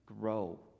grow